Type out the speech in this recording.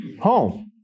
home